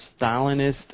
Stalinist